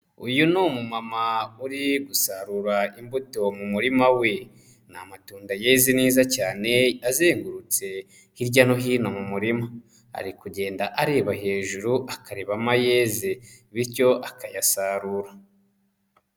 Uyu ni umumama uri gusarura imbuto mu murima we, ni amatunda yeze neza cyane azengurutse hirya no hino mu murima, ari kugenda areba hejuru akarebamo ayeze bityo akayasarura.